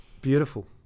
Beautiful